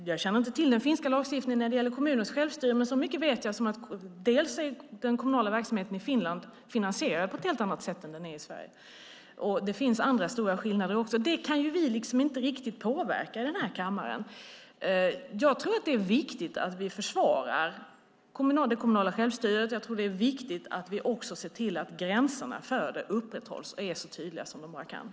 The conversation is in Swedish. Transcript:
Jag känner inte till den finska lagstiftningen när det gäller kommuners självstyre, men så mycket vet jag som att den kommunala verksamheten är finansierad på ett helt annat sätt i Finland än i Sverige. Det finns andra stora skillnader också. Det kan vi inte påverka i den här kammaren. Jag tror att det är viktigt att vi försvarar det kommunala självstyret och att vi ser till att gränserna upprätthålls och är så tydliga som möjligt.